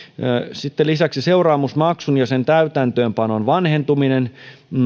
sitten lisäksi seuraamusmaksun ja sen täytäntöönpanon vanhentuminen